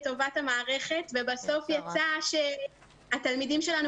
לטובת המערכת אבל בסוף יצא שהתלמידים שלנו